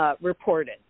reported